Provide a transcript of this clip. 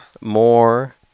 more